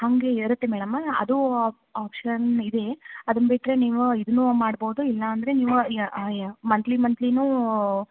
ಹಾಗೆ ಏರುತ್ತೆ ಮೇಡಮ್ ಅದು ಒಪ್ಶನ್ ಇದೆ ಅದನ್ನ ಬಿಟ್ಟರೆ ನೀವು ಇದನ್ನು ಮಾಡ್ಬೋದು ಇಲ್ಲ ಅಂದರೆ ನೀವು ಮಂತ್ಲಿ ಮಂತ್ಲಿನೂ